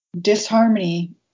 disharmony